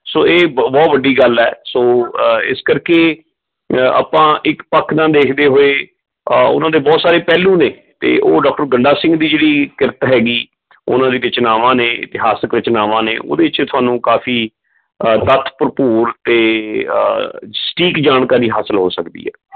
ਸੋ ਇਹ ਬਹੁਤ ਵੱਡੀ ਗੱਲ ਹੈ ਸੋ ਇਸ ਕਰਕੇ ਆਪਾਂ ਇੱਕ ਪੱਖ ਨਾਲ ਦੇਖਦੇ ਹੋਏ ਉਹਨਾਂ ਦੇ ਬਹੁਤ ਸਾਰੇ ਪਹਿਲੂ ਨੇ ਅਤੇ ਉਹ ਡੋਕਟਰ ਗੰਡਾ ਸਿੰਘ ਦੀ ਜਿਹੜੀ ਕਿਰਤ ਹੈਗੀ ਉਹਨਾਂ ਦੀ ਰਚਨਾਵਾਂ ਨੇ ਇਤਿਹਾਸਿਕ ਰਚਨਾਵਾਂ ਨੇ ਉਹਦੇ 'ਚ ਤੁਹਾਨੂੰ ਕਾਫੀ ਤੱਥ ਭਰਪੂਰ ਅਤੇ ਸਟੀਕ ਜਾਣਕਾਰੀ ਹਾਸਿਲ ਹੋ ਸਕਦੀ ਹੈ